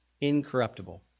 incorruptible